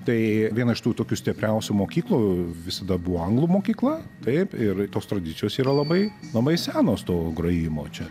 tai viena iš tų tokių stipriausių mokyklų visada buvo anglų mokykla taip ir tos tradicijos yra labai labai senos to grojimo čia